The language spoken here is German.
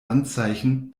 anzeichen